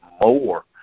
more